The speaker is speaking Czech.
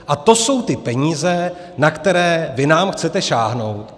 A to jsou ty peníze, na které vy nám chcete sáhnout.